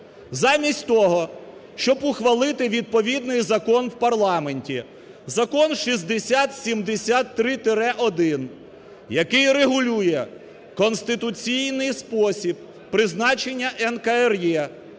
Замість того, щоб ухвалити відповідний закон в парламенті, Закон 6073-1, який регулює конституційний спосіб призначення НКРЕ